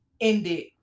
ended